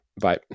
Bye